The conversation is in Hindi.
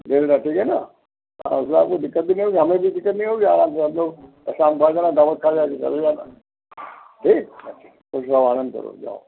दे देना ठीक है ना हाँ उसमें आप को दिक्कत भी नहीं होगी हमें भी दिक्कत नहीं होगी आराम से आ जाओ और शाम को आ जाना दावत खा खा कर चले जाना ठीक ठीक है अब आनंद करो जाओ